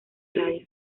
radio